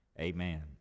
Amen